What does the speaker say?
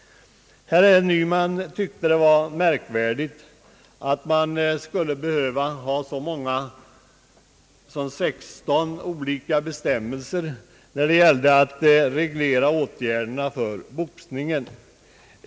Herr Nyman tyckte att det var märkvärdigt att det skulle behövas så många som 16 olika bestämmelser för att reglera åtgärderna för boxningen.